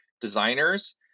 designers